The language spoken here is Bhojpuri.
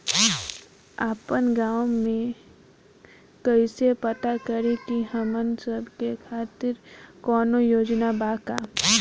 आपन गाँव म कइसे पता करि की हमन सब के खातिर कौनो योजना बा का?